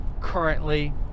currently